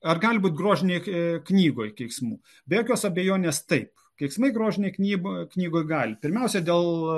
ar gali būti grožinėj knygoj keiksmų be jokios abejonės taip keiksmai grožinėj knyboj knygoj gali pirmiausia dėl